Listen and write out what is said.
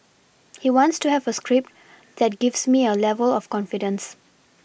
he wants to have a script that gives me a level of confidence